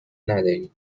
ندارید